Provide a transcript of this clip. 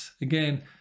again